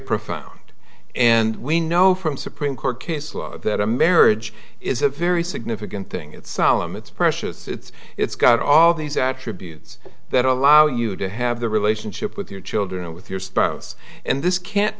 profound and we know from supreme court case law that a marriage is a very significant thing it's solemn it's precious it's it's got all these attributes that allow you to have the relationship with your children or with your spouse and this can't